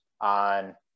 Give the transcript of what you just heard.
on